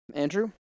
Andrew